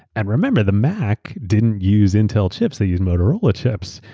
and remember, the mac didn't use intel chips. they use motorola chips.